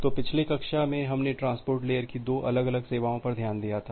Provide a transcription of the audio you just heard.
तो पिछले कक्षा में हमने ट्रांसपोर्ट लेयर की दो अलग अलग सेवाओं पर ध्यान दिया था